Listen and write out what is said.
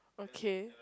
okay